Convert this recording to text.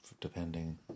depending